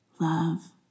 love